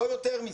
לא יותר מזה.